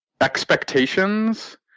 expectations